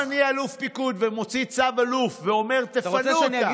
אם אני אלוף פיקוד ומוציא צו אלוף ואומר: תפנו אותם,